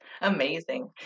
Amazing